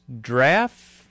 Draft